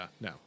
no